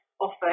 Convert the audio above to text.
offer